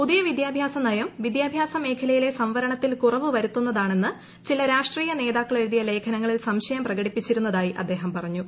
പുതിയ വിദ്യാഭ്യാസ നയം വിദ്യാഭ്യാസ മേഖലയിലെ സംവരണത്തിൽ കുറവ് വരുത്തുന്നതാണെന്ന് ചില രാഷ്ട്രീയ നേതാക്കളെഴുതിയ ലേഖനങ്ങളിൽ സംശയം പ്രകടിപ്പിച്ചിരുന്നതായി അദ്ദേഹം പറഞ്ഞു